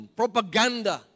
propaganda